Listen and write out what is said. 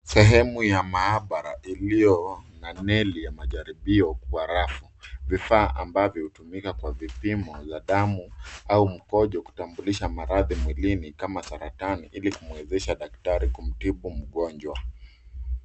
Sehemu ya maabara iliyo na neli ya majaribio kwa rafu, vifaa ambavyo hutumika kwa vipimo za damu au mkojo , kutambulisha maradhi mwilini kama saratani, ili kumwezesha daktari kumtibu mgonjwa.